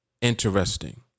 interesting